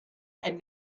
and